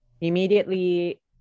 immediately